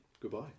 Goodbye